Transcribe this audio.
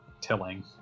tilling